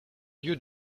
lieu